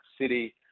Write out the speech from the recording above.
city